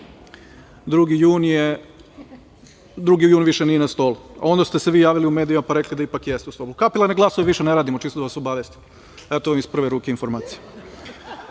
a vi ste rekli – 2. jun više nije na stolu. Onda ste se vi javili u medijima, pa rekli da ipak jeste na stolu. Kapilarne glasove više ne radimo, čisto da vas obavestim, evo vam iz prve ruke informacija. Podrška